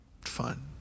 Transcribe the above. fun